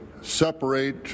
separate